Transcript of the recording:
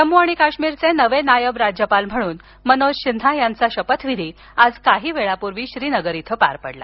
जम्मू आणि काश्मीरचे नवे नायब राज्यपाल म्हणून मनोज सिन्हा यांचा शपथविधी आज काही वेळापूर्वी श्रीनगर इथं पार पडला